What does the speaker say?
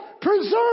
Preserve